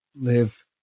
live